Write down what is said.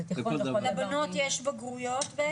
לבנות יש בגרויות בעצם?